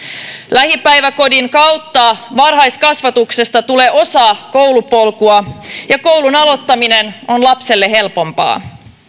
lähipäiväkodin kautta varhaiskasvatuksesta tulee osa koulupolkua ja koulun aloittaminen on lapselle helpompaa